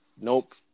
Nope